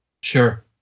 Sure